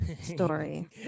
story